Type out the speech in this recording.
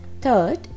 Third